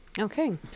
okay